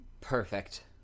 Perfect